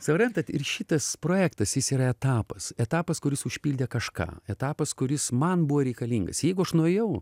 suprantat ir šitas projektas jis yra etapas etapas kuris užpildė kažką etapas kuris man buvo reikalingas jeigu aš nuėjau